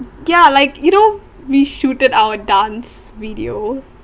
ya like you know we shooted our dance video